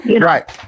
Right